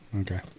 Okay